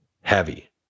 heavy